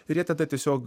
ir jie tada tiesiog